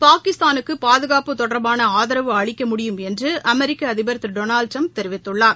பாகிஸ்தானுக்கு பாதுகாப்பு தொடர்பான ஆதரவு அளிக்க முடியும் என்று அமெரிக்க அதிபர் திரு டொனால்டு ட்டிரம்ப் தெரிவித்துள்ளார்